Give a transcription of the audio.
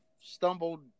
stumbled